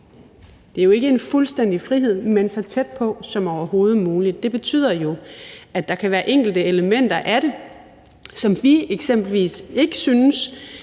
som jo ikke er en fuldstændig frihed, men som er så tæt på som overhovedet muligt. Det betyder jo, at der kan være enkelte elementer, som vi i Enhedslisten